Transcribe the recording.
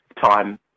time